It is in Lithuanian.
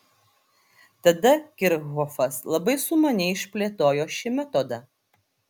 tada kirchhofas labai sumaniai išplėtojo šį metodą